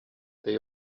they